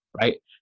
right